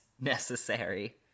necessary